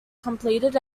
completed